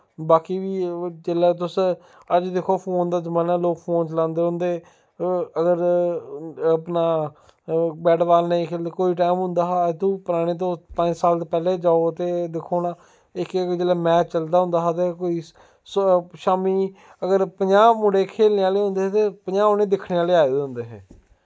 बाकी जेल्लै तुस अज्ज दिक्खो फोन दा जमाना लोग फोन चलांदे रौंह्दे अगर अपना बैट बॉल नेईं खेढो कोई टैम होंदा हा अज्ज तूं पराने पंज साल दे पैह्लें जाओ ते दिक्खो हून इक इक जेल्लै मैच चलदा होंदा हा ते कोई शाम्मी अगर पंजाह् मुड़े खेढने आह्ले होंदे हे ते पंजाह् उ'नें दिक्खने आह्ले आए दे होंदे हे